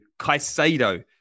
Caicedo